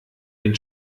den